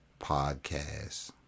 Podcast